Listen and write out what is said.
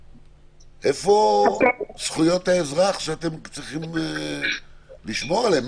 איפה זכויות האזרח שאתם צריכים לשמור עליהן?